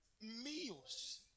Meals